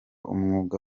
umwuga